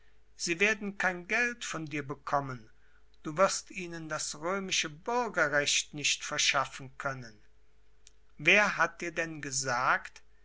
sie werden kein geld von dir bekommen du wirst ihnen das römische bürgerrecht nicht verschaffen können wer hat dir denn gesagt